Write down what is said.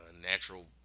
natural